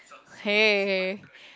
hey